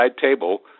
table